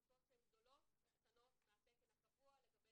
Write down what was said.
כיתות שהן גדולות או קטנות מהתקן הקבוע לגבי